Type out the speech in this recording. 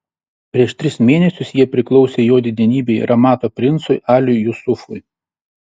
prieš tris mėnesius jie priklausė jo didenybei ramato princui aliui jusufui